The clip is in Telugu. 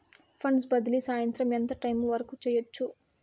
ఫండ్స్ బదిలీ సాయంత్రం ఎంత టైము వరకు చేయొచ్చు